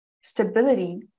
Stability